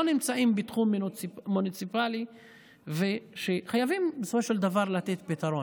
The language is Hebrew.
נמצאים בתחום המוניציפלי ושחייבים בסופו של דבר פתרון.